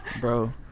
Bro